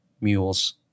mules